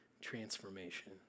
transformation